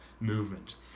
movement